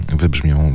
wybrzmią